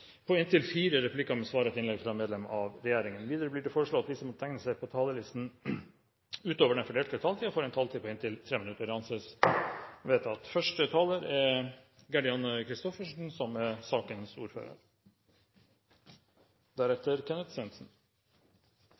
på inntil tre replikker med svar etter innlegg fra medlem av regjeringen innenfor den fordelte taletid. Videre blir det foreslått at de som måtte tegne seg på talerlisten utover den fordelte taletid, får en taletid på inntil 3 minutter. – Det anses vedtatt. Første taler er Marianne Marthinsen – for sakens ordfører.